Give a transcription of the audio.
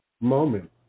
moment